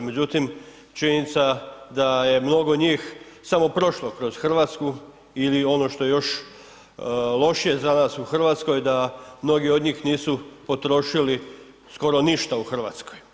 Međutim, činjenica da je mnogo njih samo prošlo kroz Hrvatsku ili ono što je još lošije za nas u Hrvatskoj da mnogi od njih nisu potrošili skoro ništa u Hrvatskoj.